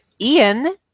ian